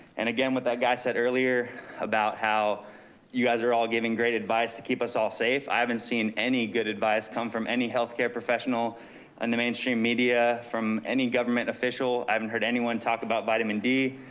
and again, what that guy said earlier about how you guys are all giving great advice to keep us all safe. i haven't seen any good advice come from any healthcare professional and the mainstream media, from any government official. i haven't heard anyone talk about vitamin d.